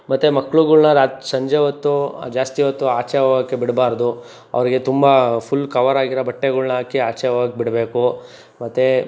ಮತ್ತು ಮಕ್ಳುಗಳ್ನ ರಾತ್ ಸಂಜೆ ಹೊತ್ತು ಜಾಸ್ತಿ ಹೊತ್ತು ಆಚೆ ಹೋಗಕ್ಕೆ ಬಿಡಬಾರ್ದು ಅವರಿಗೆ ತುಂಬ ಫುಲ್ ಕವರಾಗಿರೋ ಬಟ್ಟೆಗಳ್ನ ಹಾಕಿ ಆಚೆ ಹೋಗಕ್ ಬಿಡಬೇಕು ಮತ್ತು